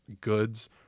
goods